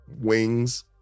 wings